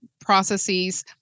processes